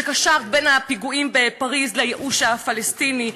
שקשרת בין הפיגועים בפריז לייאוש הפלסטיני,